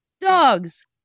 Dogs